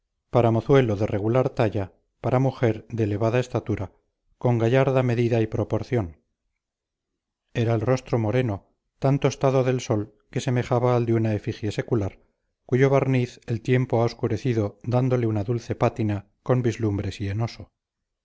para mozuelo de regular talla para mujer de elevada estatura con gallarda medida y proporción era el rostro moreno tan tostado del sol que semejaba al de una efigie secular cuyo barniz el tiempo ha obscurecido dándole una dulce pátina con vislumbre